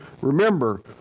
Remember